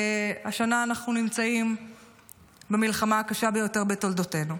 והשנה אנחנו נמצאים במלחמה הקשה ביותר בתולדותינו.